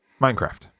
Minecraft